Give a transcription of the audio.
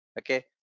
okay